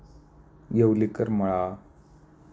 Yewalekar Mala